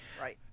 Right